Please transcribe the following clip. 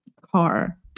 car